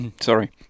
Sorry